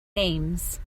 names